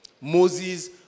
Moses